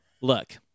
Look